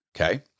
Okay